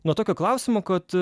nuo tokio klausimo kad